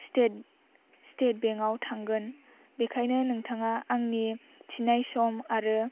state bank आव थांगोन बेखायनो नोंथाङा आंनि थिनाय सम आरो